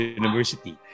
university